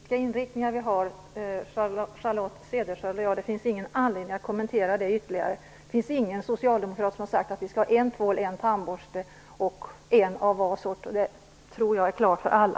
Herr talman! Charlotte Cederschiöld och jag har litet olika politiska inriktningar. Det finns ingen anledning att kommentera det ytterligare. Det finns ingen socialdemokrat som har sagt att vi skall ha en tvål och en tandborste. Det tror jag är klart för alla.